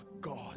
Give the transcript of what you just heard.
God